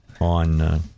on